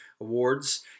Awards